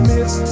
Miss